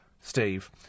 Steve